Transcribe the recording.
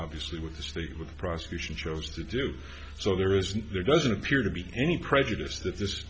obviously with the state with the prosecution chose to do so there isn't there doesn't appear to be any prejudice that this